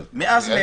מאז מרץ.